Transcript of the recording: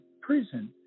prison